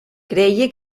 creia